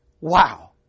Wow